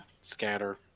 scatter